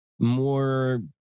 more